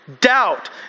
Doubt